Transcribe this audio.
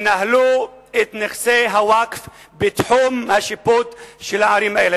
שינהלו את נכסי הווקף בתחום השיפוט של הערים האלה.